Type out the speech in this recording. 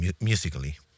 musically